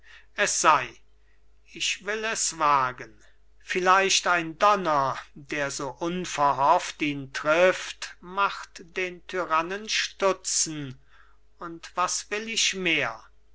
es sei ich will es wagen vielleicht ein donner der so unverhofft ihn trifft macht den tyrannen stutzen und was will ich mehr